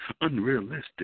unrealistic